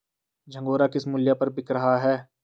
झंगोरा किस मूल्य पर बिक रहा है?